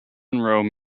monroe